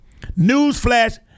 Newsflash